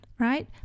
Right